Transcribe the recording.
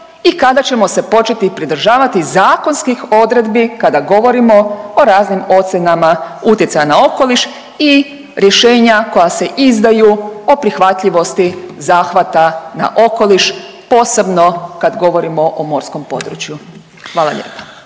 i kada ćemo se početi pridržavati zakonskih odredbi kada govorimo o raznim ocjenama utjecaja na okoliš i rješenja koja se izdaju o prihvatljivosti zahvata na okoliš posebno kad govorimo o morskom području. Hvala lijepo.